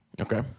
Okay